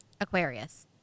Aquarius